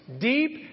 Deep